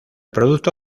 producto